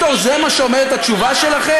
חיילי צה"ל הם סקטור, זה מה שאומרת התשובה שלכם?